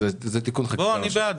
אני בעד.